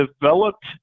developed